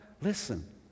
listen